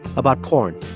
about porn